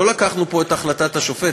לא לקחנו פה את החלטת השופט,